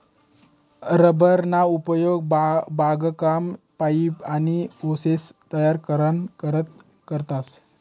rubber ना उपेग बागकाम, पाइप, आनी होसेस तयार कराना करता करतस